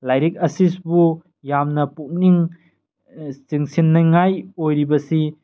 ꯂꯥꯏꯔꯤꯛ ꯑꯁꯤꯕꯨ ꯌꯥꯝꯅ ꯄꯨꯛꯅꯤꯡ ꯆꯤꯡꯁꯤꯟꯅꯤꯡꯉꯥꯏ ꯑꯣꯏꯔꯤꯕꯁꯤ